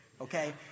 okay